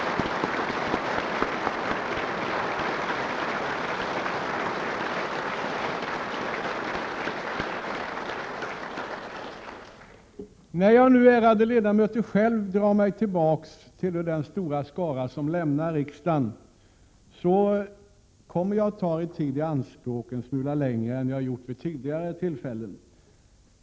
När jag nu, ärade ledamöter, själv sällar mig till den stora skara som lämnar riksdagen, kommer jag att ta er tid i anspråk en smula längre än jag gjort vid tidigare avslutningar.